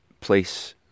place